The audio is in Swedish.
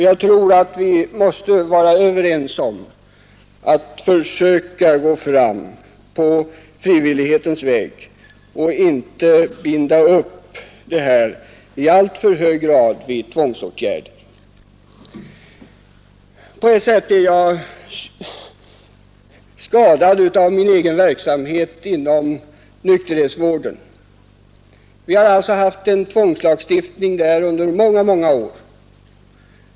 Jag tror att vi måste vara överens om att försöka gå fram på frivillighetens väg och inte binda upp det här i alltför hög grad vid tvångsåtgärder. På sätt och vis är jag skadad av min egen verksamhet inom nykterhetsvården. Där har det funnits en tvångslagstiftning under många år.